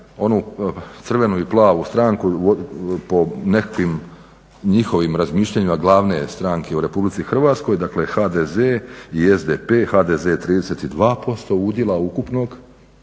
onu crvenu i plavu stranku po nekakvim njihovim razmišljanjima, glavne stranke u RH, dakle HDZ i SDP, HDZ 32% udjela ukupnog